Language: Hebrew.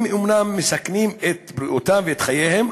הם אומנם מסכנים את בריאותם וחייהם,